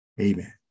Amen